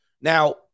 Now